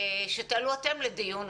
שתעלו אתם לדיון,